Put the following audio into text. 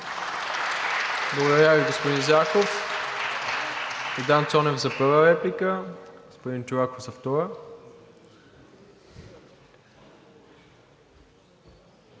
Благодаря Ви, господин Зарков. Йордан Цонев – за първа реплика, господин Чолаков – за втора.